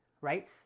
right